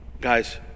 guys